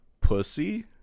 Pussy